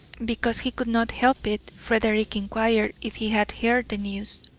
because he could not help it, frederick inquired if he had heard the news.